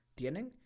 tienen